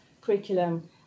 curriculum